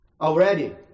already